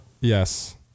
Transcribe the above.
Yes